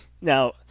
Now